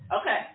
Okay